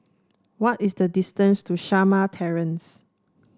what is the distance to Shamah Terrace